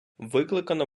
викликано